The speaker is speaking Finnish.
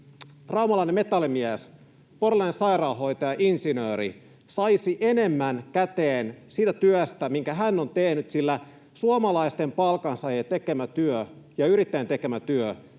raumalainen metallimies ja porilainen sairaanhoitaja ja insinööri saisivat enemmän käteen siitä työstä, minkä he ovat tehneet, sillä suomalaisten palkansaajien ja yrittäjien tekemä työ